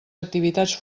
activitats